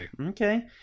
Okay